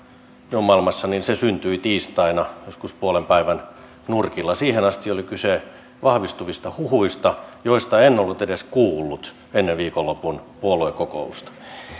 minun maailmassani syntyi tiistaina joskus puolenpäivän nurkilla siihen asti oli kyse vahvistuvista huhuista joista en ollut edes kuullut ennen viikonlopun puoluekokousta